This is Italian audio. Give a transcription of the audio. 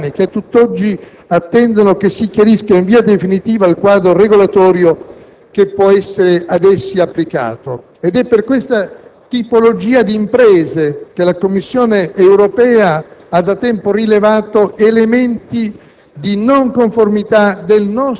dai professionisti, dagli artigiani che tutt'oggi attendono che si individui in via definitiva il quadro regolatorio che può essere ad essi applicato. Ed è per questa tipologia di imprese che la Commissione europea ha da tempo rilevato elementi